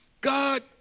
God